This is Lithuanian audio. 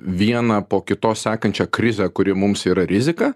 vieną po kitos sekančią krizę kuri mums yra rizika